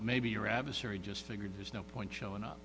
maybe your adversary just figured there's no point